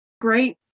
great